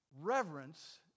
reverence